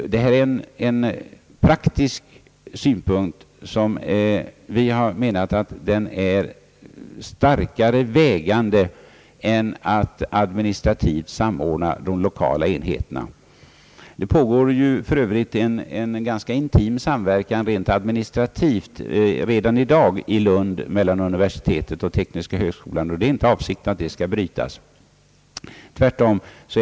Denna praktiska synpunkt anser vi väga tyngre än det att administrativt samordna de lokala enheterna. Det pågår för övrigt redan nu en intim samverkan rent administrativt mellan universitetet och den tekniska högskolan i Lund, och det är inte avsikten att denna samverkan skall avbrytas.